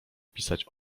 pisać